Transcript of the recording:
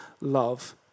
love